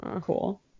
Cool